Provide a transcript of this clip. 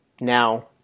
now